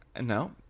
No